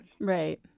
Right